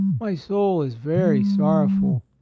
my soul is very sorrowful,